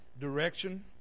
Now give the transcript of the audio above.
direction